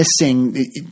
missing